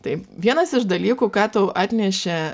tai vienas iš dalykų ką tau atnešė